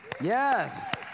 Yes